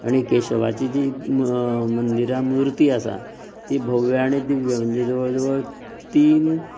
आनी केशवाची जीं मंदिरां मुर्ती आसा ती भव्य आनी दिव्य म्हणजे जवळ जवळ तीन